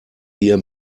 hier